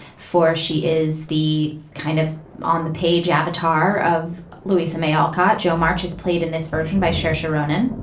for she is the kind of on the page avatar of louisa may alcott. jo march has played in this version by shasha ronin.